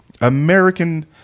American